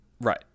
Right